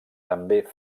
també